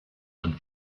und